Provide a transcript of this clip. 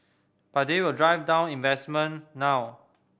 but they will drive down investment now